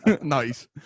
nice